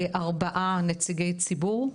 ארבעה נציגי ציבור,